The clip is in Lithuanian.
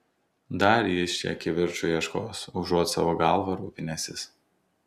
dar jis čia kivirču ieškos užuot savo galva rūpinęsis